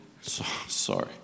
Sorry